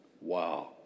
Wow